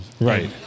Right